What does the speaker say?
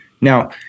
Now